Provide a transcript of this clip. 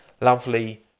Lovely